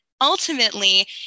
ultimately